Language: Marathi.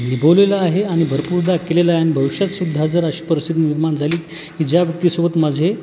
निभावलेलं आहे आणि भरपूरदा केलेलं आहे आणि भविष्यातसुद्धा जर अशी परिस्थिती निर्माण झाली की ज्या व्यक्तीसोबत माझे